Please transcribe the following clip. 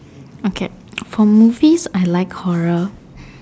okay for movies I like horror